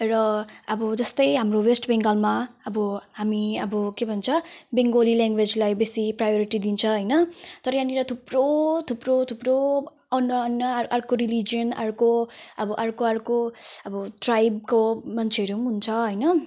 र अब जस्तै हाम्रो वेस्ट बेङ्गलमा अब हामी अब के भन्छ बेङ्गली ल्याङ्गवेजलाई बेसी प्रायोरिटी दिन्छ होइन तर यहाँनेर थुप्रो थुप्रो थुप्रो अन्य अन्य अर्को रिलिजियन अर्को अब अर्को अर्को अब ट्राइबको मान्छेहरू हुन्छ होइन